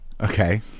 Okay